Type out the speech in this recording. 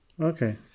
Okay